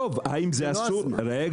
עזוב, האם זה אסור --- זה לא אז מה.